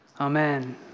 amen